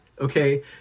Okay